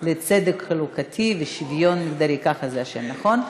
המיוחדת לצדק חלוקתי ולשוויון חברתי נתקבלה.